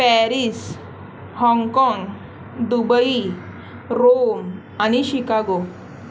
Paris हाँगकाँग Dubai Rome आणि Chicago